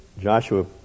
Joshua